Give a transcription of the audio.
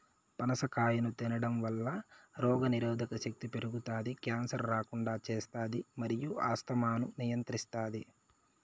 పనస కాయను తినడంవల్ల రోగనిరోధక శక్తి పెరుగుతాది, క్యాన్సర్ రాకుండా చేస్తాది మరియు ఆస్తమాను నియంత్రిస్తాది